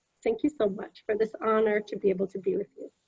thank you so much for this honor to be able to be with you.